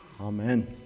Amen